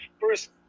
First